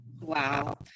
Wow